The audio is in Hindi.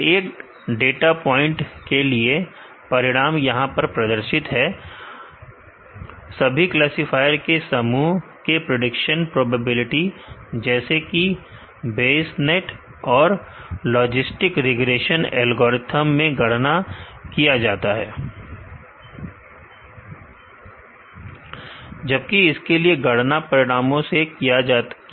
हर एक देता पॉइंट के लिए परिणाम यहां पर प्रदर्शित है सभी क्लासीफायर के समूह के प्रेडिक्शन प्रोबेबिलिटी जैसे कि बेयस नेट और लॉजिस्टिक रिग्रेशन एल्गोरिथ्म में गणना किया जाता है जबकि इसके लिए गणना परिणामों से किया गया है